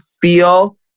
feel